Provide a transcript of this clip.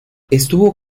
estuvo